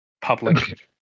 public